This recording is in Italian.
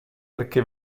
perché